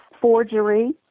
forgery